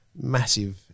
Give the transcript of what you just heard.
massive